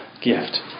gift